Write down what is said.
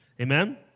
Amen